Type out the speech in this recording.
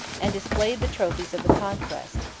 and displayed the trophies of the conquest,